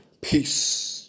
peace